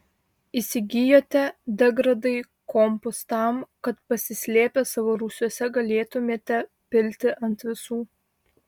įsigijote degradai kompus tam kad pasislėpę savo rūsiuose galėtumėte pilti ant visų